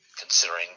considering